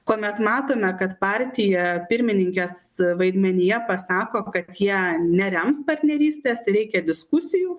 kuomet matome kad partija pirmininkės vaidmenyje pasako kad jie nerems partnerystės reikia diskusijų